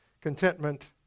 contentment